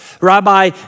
Rabbi